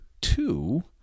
two